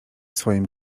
swoim